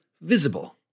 visible